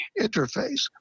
interface